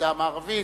צדה המערבי,